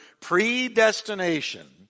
predestination